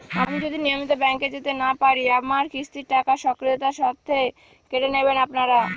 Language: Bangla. আমি যদি নিয়মিত ব্যংকে না যেতে পারি আমার কিস্তির টাকা স্বকীয়তার সাথে কেটে নেবেন আপনারা?